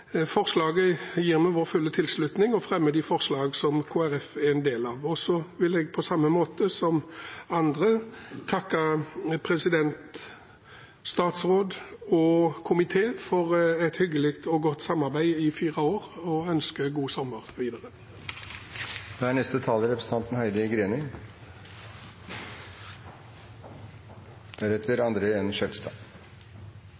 forslaget. Så vil jeg på samme måte som andre takke president, statsråd og komité for et hyggelig og godt samarbeid i fire år, og ønsker god sommer